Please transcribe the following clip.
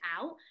out